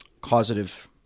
causative